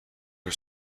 her